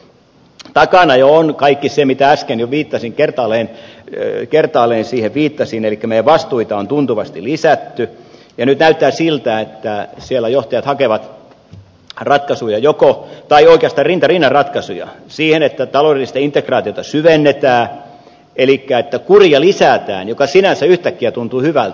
takana jo on kaikki se mihin jo kertaalleen viittasin elikkä meidän vastuita on tuntuvasti lisätty ja nyt näyttää siltä että siellä johtajat hakevat rinta rinnan ratkaisuja siihen että taloudellista integraatiota syvennetään elikkä että kuria lisätään mikä sinänsä yhtäkkiä tuntuu hyvältä